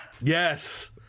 Yes